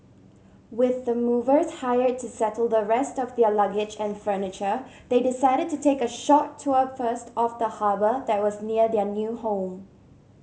with the movers hired to settle the rest of their luggage and furniture they decided to take a short tour first of the harbour that was near their new home